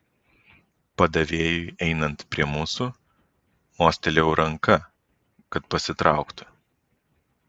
padavėjui einant prie mūsų mostelėjau ranka kad pasitrauktų